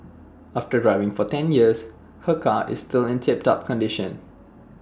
after driving for ten years her car is still in tip top condition